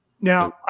Now